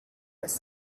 was